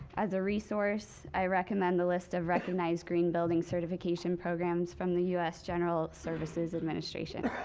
as a resource i recommend the list of recognized green building certification programs from the u s. general services administration.